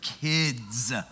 Kids